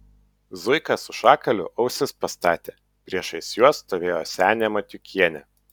zuika su šakaliu ausis pastatė priešais juos stovėjo senė matiukienė